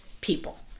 people